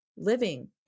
living